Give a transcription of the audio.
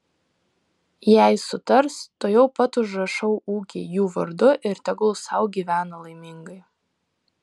jei sutars tuojau pat užrašau ūkį jų vardu ir tegul sau gyvena laimingai